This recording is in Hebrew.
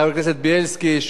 חבר הכנסת בילסקי,